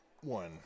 one